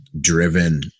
driven